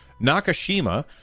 Nakashima